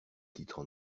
titres